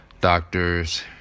doctors